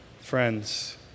Friends